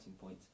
point